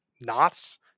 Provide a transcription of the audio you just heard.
knots